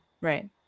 right